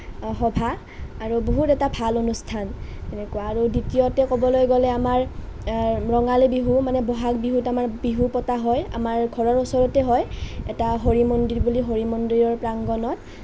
সভা আৰু বহুত এটা ভাল অনুষ্ঠান তেনেকুৱা আৰু দ্বিতীয়তে ক'বলৈ গ'লে আমাৰ ৰঙালী বিহু মানে বহাগ বিহুত আমাৰ বিহু পতা হয় আমাৰ ঘৰৰ ওচৰতে হয় এটা হৰি মন্দিৰ বুলি হৰি মন্দিৰত প্ৰাংগনত